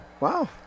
Wow